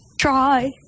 Try